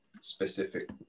specific